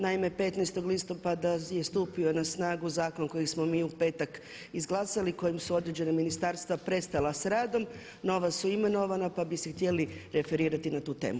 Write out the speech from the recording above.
Naime, 15. listopada je stupio na snagu zakon koji smo mi u petak izglasali kojim su određena ministarstva prestala s radom, nova su imenovana pa bi se htjeli referirati na tu temu.